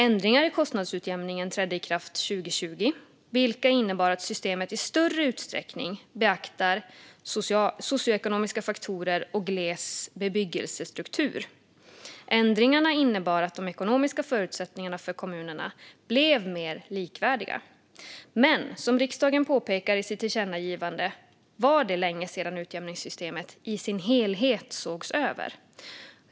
Ändringar i kostnadsutjämningen trädde i kraft 2020, vilka innebar att systemet i större utsträckning beaktar socioekonomiska faktorer och gles bebyggelsestruktur. Ändringarna innebar att de ekonomiska förutsättningarna för kommunerna blev mer likvärdiga. Men som riksdagen påpekar i sitt tillkännagivande var det länge sedan utjämningssystemet i sin helhet sågs över.